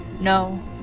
no